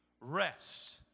rest